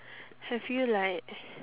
have you like